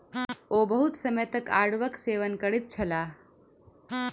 ओ बहुत समय तक आड़ूक सेवन करैत छलाह